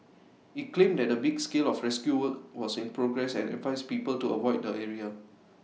IT claimed that A big scale of rescue work was in progress and advised people to avoid the area